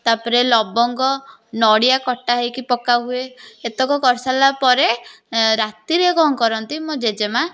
ତାପରେ ଲବଙ୍ଗ ନଡ଼ିଆ କଟା ହୋଇକି ପକାହୁଏ ଏତକ କରି ସାରିଲା ପରେ ରାତିରେ କ'ଣ କରନ୍ତି ମୋ ଜେଜେମାଆ